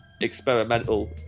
experimental